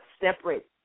separate